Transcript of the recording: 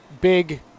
big